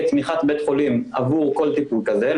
תמיכת בית חולים עבור כל טיפול כזה,